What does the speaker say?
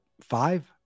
five